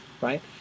right